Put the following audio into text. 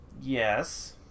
Yes